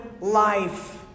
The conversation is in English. life